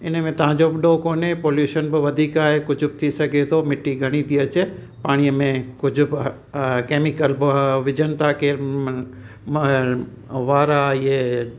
इनमें तव्हांजो बि ॾोहु कोन्हे पोलीशन बि वधीक आहे कुझ बि थी सघे थो मिट्टी घणी थी अचे पाणीअ में कुझ बि केमीकल बि विझनि था केरु म वारा इहे